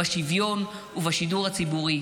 בשוויון ובשידור הציבורי,